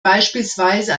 beispielsweise